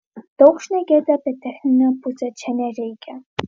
daug šnekėti apie techninę pusę čia nereikia